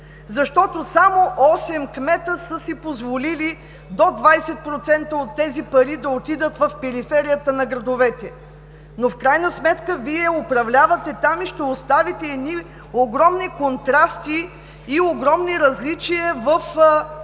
защото само осем кмета са си позволили до 20% от тези пари да отидат в периферията на градовете. Но в крайна сметка Вие управлявате там и ще оставите едни огромни контрасти и различия в развитието